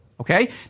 Okay